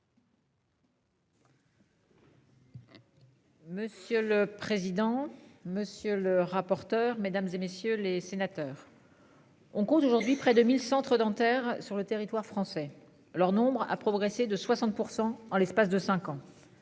Monsieur le président, monsieur le rapporteur, mesdames et messieurs les sénateurs. On compte aujourd'hui près de 1000 centres dentaires sur le territoire français. Leur nombre a progressé de 60% en l'espace de 5 ans.